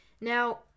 Now